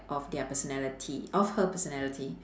of their personality of her personality